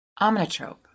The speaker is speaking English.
omnitrope